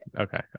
Okay